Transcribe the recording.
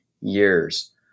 years